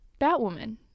Batwoman